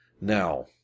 Now